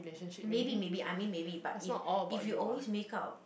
maybe maybe I mean maybe but if if you always make up